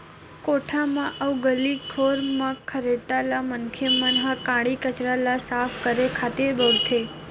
कोठा म अउ गली खोर म खरेटा ल मनखे मन ह काड़ी कचरा ल साफ करे खातिर बउरथे